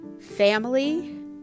family